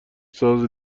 ساز